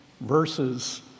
verses